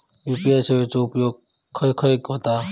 UPI सेवेचा उपयोग खाय खाय होता?